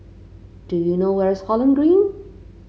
do you know where is Holland Green